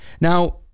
Now